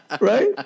Right